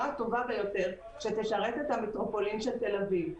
הטובה ביותר שתשרת את המטרופולין של תל-אביב.